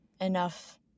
enough